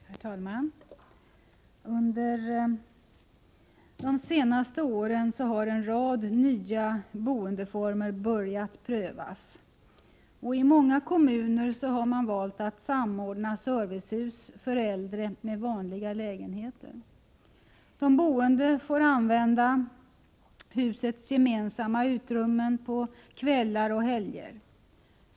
Herr talman! Under de senaste åren har en rad nya boendeformer börjat prövas. I många kommuner har man valt att samordna servicehus för äldre med vanliga lägenheter. De boende får använda husets gemensamma utrymmen på kvällar och helger.